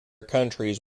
countries